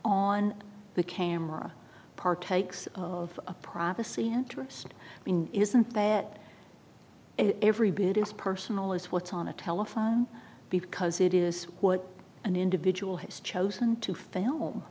on the camera partakes of a privacy interest i mean isn't that and every bit as personal as what's on a telephone because it is what an individual has chosen to f